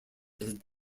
had